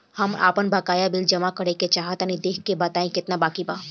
हमरा आपन बाकया बिल जमा करल चाह तनि देखऽ के बा ताई केतना बाकि बा?